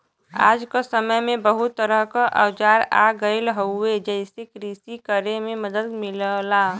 आज क समय में बहुत तरह क औजार आ गयल हउवे जेसे कृषि करे में मदद मिलला